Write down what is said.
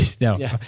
No